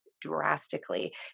drastically